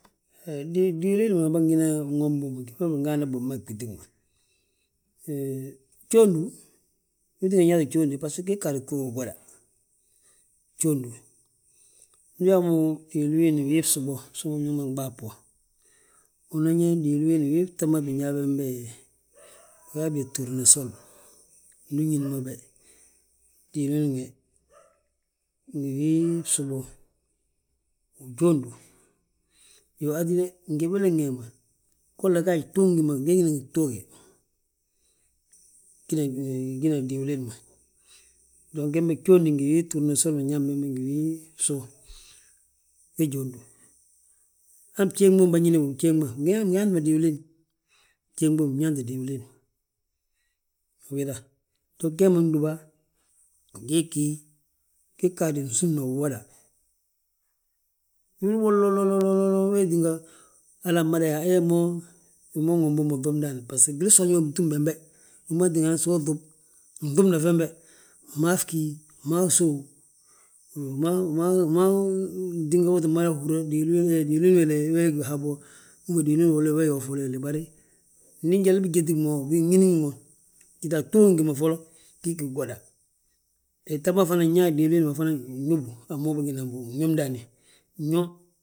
Diwiliin ma bânwomna bommu gi ma bingaanda bommu a gbitig ma. Hee, gjóondu, wii tingani nyaate gjóondu baso gaatu wi gaade gtuugi gwoda, gjóondu. Ndu uyaa mo, diwiliin bii bsu bo, bsu ma biñaŋ ma nɓas bo, unan yaa diwiliin wii bta ma binyaa bembe, bigaa byaa, turnusol, ndi uñín mo be, dwiliin be, wii bsu bo, ujóondu. Iyoo, hatíde gin gébelen wee ma, golla gaaj gtuugi gi ma, glígiri ngi gtuuge, gina diwliin ma. Dong gembe gjóondi ngi gii turnusoli ma nyaa bembe ngi wii bsu bo, we jóondu. Han bjéŋ ma banñína bommu, bjéŋ ma bgí yaanti mo diwiliin, bjéŋ bommu bgi yaanti diwilin, ubiiŧa. Dong gee ma gdúba, gii ggí, gii ggaadi gsúmli gwoda. Wili uwodi lon, lon, lon, lon hala mmada yaa hee mom, wi ma nwomim bommu uŧubu ndaani, yaa gwil gsoonji ma bintúm bembe, wi ma tíngani so uŧub. Nŧubna fembe, fmaaf gí fmaaf sów, fmaa wi tínga uti mada húra diwiliin, he diwiliin wele, wee gí habo, uben diwiliin wele we yoof wele léba. Bari ndi jali bijetig mo, nñínig mo, tita gtuug gi ma foloŋ gii ggí gwoda, gta ma fana nñaa diwiliin ma fana gñóbu a mo bâginan bommu, gñób ndaani nyo;